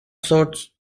sorts